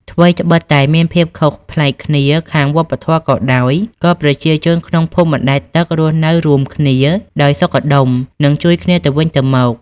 ថ្វីត្បិតតែមានភាពខុសប្លែកគ្នាខាងវប្បធម៌ក៏ដោយ ក៏ប្រជាជនក្នុងភូមិបណ្ដែតទឹករស់នៅរួមគ្នាដោយសុខដុមនិងជួយគ្នាទៅវិញទៅមក។